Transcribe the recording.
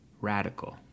radical